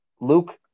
Luke